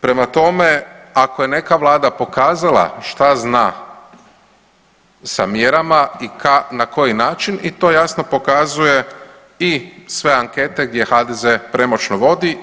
Prema tome, ako je neka Vlada pokazala šta zna sa mjerama i na koji način i to jasno pokazuje i sve ankete gdje HDZ premoćno vodi.